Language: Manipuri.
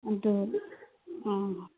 ꯑꯗꯣ ꯑꯥ